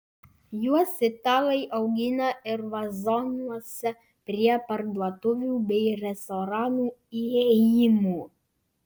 juos italai augina ir vazonuose prie parduotuvių bei restoranų įėjimų